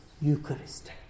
Eucharist